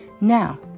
Now